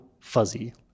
fuzzy